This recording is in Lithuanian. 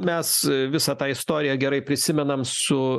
mes visą tą istoriją gerai prisimenam su